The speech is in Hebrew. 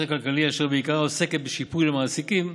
הכלכלית אשר בעיקר עוסקת בשיפוי למעסיקים,